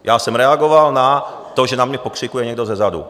Já jsem reagoval na to, že na mě pokřikuje někdo zezadu.